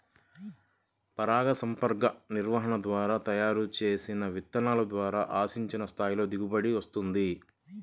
పరాగసంపర్క నిర్వహణ ద్వారా తయారు చేసిన విత్తనాల ద్వారా ఆశించిన స్థాయిలో దిగుబడి వస్తుంది